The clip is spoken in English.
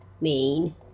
main